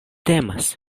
temas